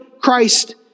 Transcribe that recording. Christ